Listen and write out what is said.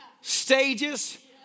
stages